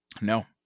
No